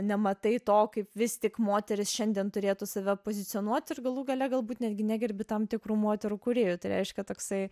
nematai to kaip vis tik moteris šiandien turėtų save pozicionuot ir galų gale galbūt netgi negerbi tam tikrų moterų kūrėjų tai reiškia toksai